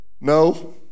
no